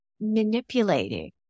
manipulating